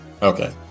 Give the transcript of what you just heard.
Okay